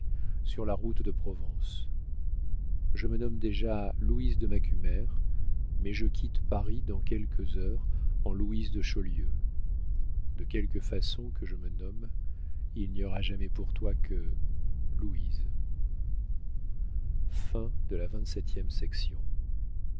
sur la route de provence je me nomme déjà louise de macumer mais je quitte paris dans quelques heures en louise de chaulieu de quelque façon que je me nomme il n'y aura jamais pour toi que louise